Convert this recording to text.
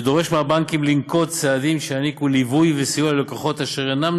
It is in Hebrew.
ודורש מהבנקים לנקוט צעדים שיעניקו ליווי וסיוע ללקוחות אשר אינם